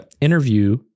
interview